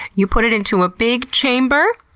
you put it into a big chamber,